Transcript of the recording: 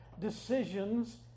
decisions